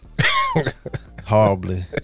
Horribly